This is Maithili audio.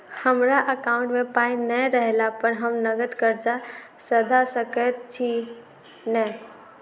हमरा एकाउंट मे पाई नै रहला पर हम नगद कर्जा सधा सकैत छी नै?